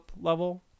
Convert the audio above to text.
level